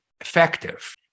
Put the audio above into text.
effective